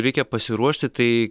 reikia pasiruošti tai